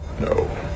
No